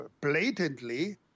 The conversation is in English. blatantly